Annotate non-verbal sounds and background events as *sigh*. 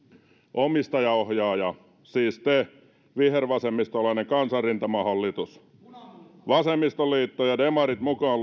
omistajaohjaaja siis te vihervasemmistolainen kansanrintamahallitus vasemmistoliitto ja demarit mukaan *unintelligible*